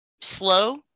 slow